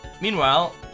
Meanwhile